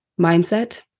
mindset